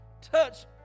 Touch